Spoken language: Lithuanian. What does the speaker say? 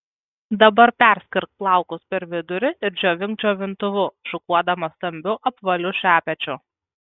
dabar perskirk plaukus per vidurį ir džiovink džiovintuvu šukuodama stambiu apvaliu šepečiu